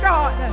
God